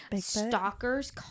stalkers